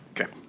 Okay